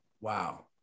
Wow